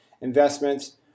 investments